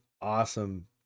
awesome